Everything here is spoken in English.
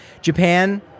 Japan